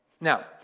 Now